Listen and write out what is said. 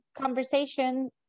conversation